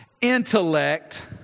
intellect